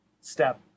step